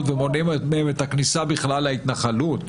ומונעים מהם אל הכניסה בכלל להתנחלות,